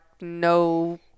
no